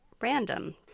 random